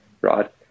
right